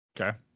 Okay